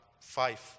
five